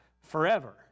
forever